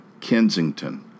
Kensington